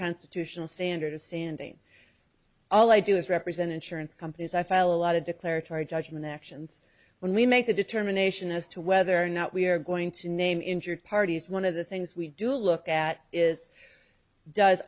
constitutional standard of standing all i do is represent insurance companies i file a lot of declaratory judgment actions when we make a determination as to whether or not we are going to name injured parties one of the things we do look at is does